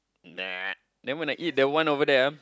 nah then when I eat that one over there ah